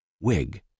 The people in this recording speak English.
Wig